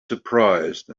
surprised